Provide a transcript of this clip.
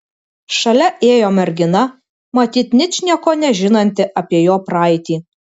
šalia ėjo mergina matyt ničnieko nežinanti apie jo praeitį